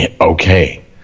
Okay